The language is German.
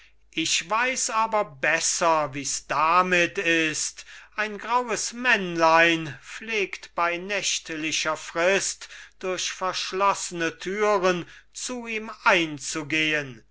ich weiß aber besser wie's damit ist ein graues männlein pflegt bei nächtlicher frist durch verschlossene türen zu ihm einzugehen